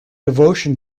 devotion